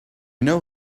know